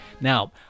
Now